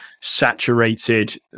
saturated